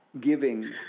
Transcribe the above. giving